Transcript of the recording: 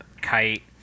Kite